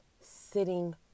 sitting